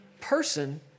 person